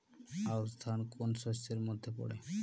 আউশ ধান কোন শস্যের মধ্যে পড়ে?